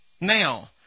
now